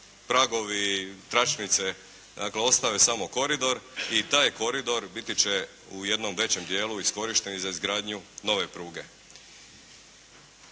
Pragovi, tračnice, dakle ostao je samo koridor i taj koridor biti će u jednom većem dijelu iskorišten i za izgradnju nove pruge.